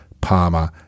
Palmer